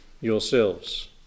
yourselves